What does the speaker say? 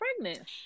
pregnant